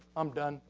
i'm done.